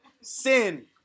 sin